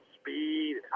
speed